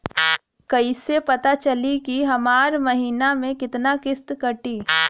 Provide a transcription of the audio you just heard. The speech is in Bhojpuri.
कईसे पता चली की हमार महीना में कितना किस्त कटी?